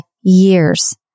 years